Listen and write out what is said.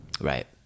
Right